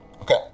Okay